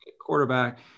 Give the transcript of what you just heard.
quarterback